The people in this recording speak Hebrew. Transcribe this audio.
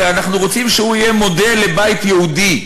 הרי אנחנו רוצים שהוא יהיה מודל לבית יהודי.